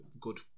good